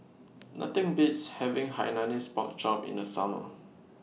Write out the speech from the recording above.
Nothing Beats having Hainanese Pork Chop in The Summer